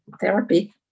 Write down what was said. therapy